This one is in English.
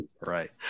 Right